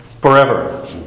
forever